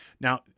Now